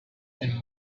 and